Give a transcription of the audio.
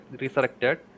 resurrected